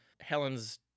Helen's